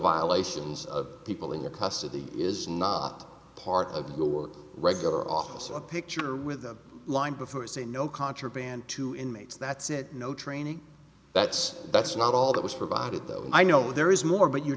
violations of people into custody is not part of the regular office of picture with a line before it's a no contraband to inmates that's it no training that's that's not all that was provided though i know there is more but you're